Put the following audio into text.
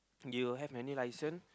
you have any license